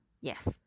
yes